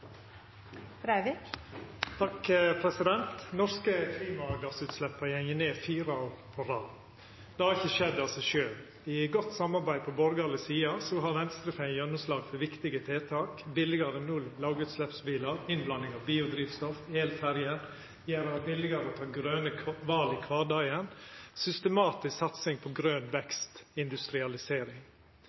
norske klimagassutsleppa har gått ned fire år på rad. Det har ikkje skjedd av seg sjølv. I godt samarbeid på borgarleg side har Venstre fått gjennomslag for viktige tiltak: billigare null- og lågutsleppsbilar, innblanding av biodrivstoff, elferjer, me har gjort det billigare å ta grøne val i kvardagen og hatt ei systematisk satsing på grøn vekst i industrialisering.